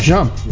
Jump